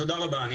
אני